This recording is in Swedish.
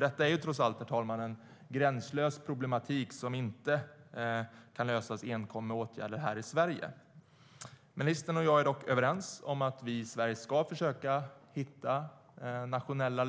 Detta är trots allt en gränslös problematik som inte kan lösas enkom med åtgärder här i Sverige, herr talman. Ministern och jag är dock överens om att vi ska försöka hitta nationella